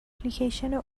اپلیکیشن